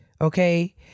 okay